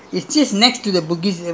C_C there still there I think